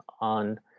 on